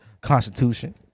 Constitution